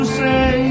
say